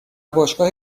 باشگاه